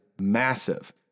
massive